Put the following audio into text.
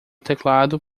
teclado